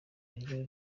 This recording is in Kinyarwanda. iyo